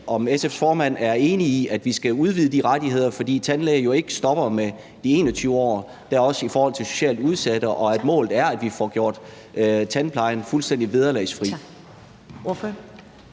om SF's formand er enig i, at vi skal udvide de rettigheder – for tandlægebesøg stopper jo ikke ved de 21 år – så det også er i forhold til socialt udsatte, og at målet er, at vi får gjort tandplejen fuldstændig vederlagsfri.